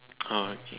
oh okay